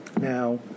Now